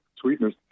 sweeteners